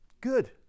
Good